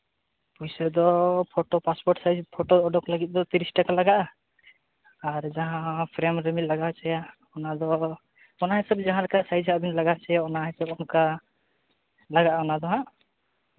ᱯᱩᱭᱥᱟᱹ ᱫᱚ photo passport size ᱛᱚ ᱚᱰᱚᱠ ᱞᱟᱹᱜᱤᱫ ᱫᱚ ᱛᱤᱨᱤᱥ ᱴᱟᱠᱟ ᱞᱟᱜᱟᱜᱼᱟ ᱟᱨ ᱡᱟᱦᱟᱸ ᱯᱷᱨᱮᱢ ᱨᱮᱵᱮᱱ ᱞᱟᱜᱟᱣ ᱦᱚᱪᱚᱭᱟ ᱚᱱᱟᱫᱚ ᱚᱱᱟ ᱦᱤᱥᱟᱹᱵ ᱡᱟᱦᱟᱸ ᱞᱮᱠᱟ ᱥᱟᱹᱭᱤᱡᱽ ᱟᱜ ᱵᱤᱱ ᱞᱟᱜᱟ ᱦᱚᱪᱚᱭᱟ ᱚᱱᱟ ᱦᱤᱥᱟᱹᱵ ᱚᱱᱠᱟ ᱞᱟᱜᱟᱜᱼᱟ ᱚᱱᱟ ᱫᱚ ᱦᱟᱸᱜ